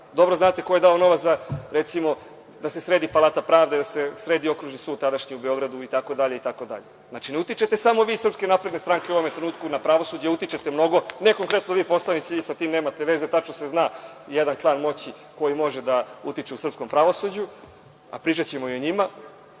Dobro znate ko je dao novac, recimo, da se sredi Palata pravde, da se sredi Okružni sud tadašnji u Beogradu itd. Znači, ne utičete samo vi iz SNS u ovome trenutku na pravosuđe, utičete mnogo, ne konkretno vi poslanici, vi sa tim nemate veze, tačno se zna jedan klan moći koji može da utiče u srpskom pravosuđu, a pričaćemo i o njima,